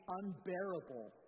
unbearable